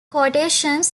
quotations